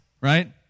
right